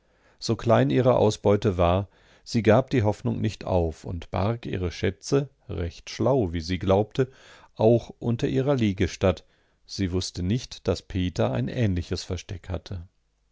so klein ihre ausbeute war sie gab die hoffnung nicht auf und barg ihre schätze recht schlau wie sie glaubte auch unter ihrer liegestatt sie wußte nicht daß peter ein ähnliches versteck hatte